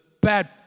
bad